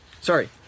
Sorry